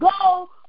Go